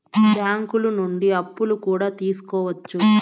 బ్యాంకులు నుండి అప్పులు కూడా తీసుకోవచ్చు